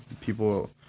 people